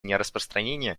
нераспространение